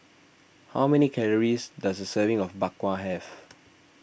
how many calories does a serving of Bak Kwa have